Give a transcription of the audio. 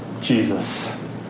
Jesus